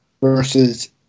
versus